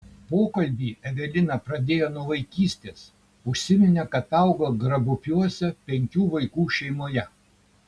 pokalbį evelina pradėjo nuo vaikystės užsiminė kad augo grabupiuose penkių vaikų šeimoje